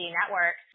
network